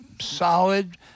solid